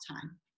time